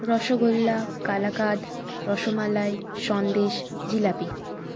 rasgulla kalakand rasmalai sandesh jalebi